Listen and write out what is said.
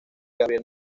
gabriel